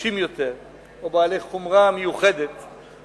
רגישים יותר או בעלי חומרה מיוחדת,